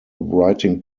writing